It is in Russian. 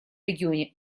регионе